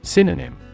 Synonym